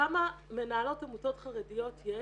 כמה מנהלות עמותות חרדיות יש.